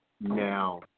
now